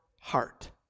heart